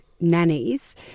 nannies